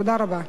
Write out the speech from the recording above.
תודה רבה.